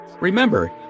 Remember